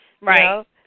Right